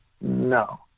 no